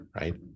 right